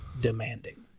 demanding